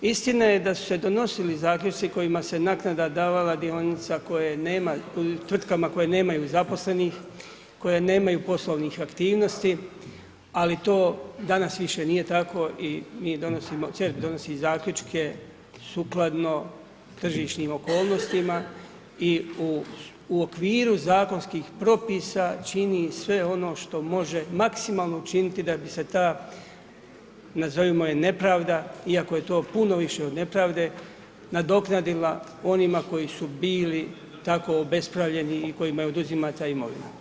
Istina je da su se donosili zaključci, kojima se naknada davala dionica, tvrtkama koje nemaju zaposlenih, koje nemaju poslovne aktivnosti, ali to, danas više nije tako i mi donosimo, CERP donosi zaključke sukladno tržišnim okolnostima i u okviru zakonskih propisa, čini sve ono što može maksimalno činiti da bi se ta, nazovimo je nepravda, iako je to puno više od nepravde, nadoknadila onima koji su bili tako obespravljeni i kojima je oduzimate imovina.